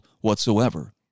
whatsoever